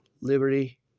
liberty